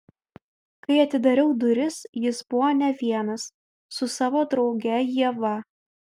kai atidariau duris jis buvo ne vienas su savo drauge ieva